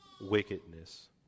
wickedness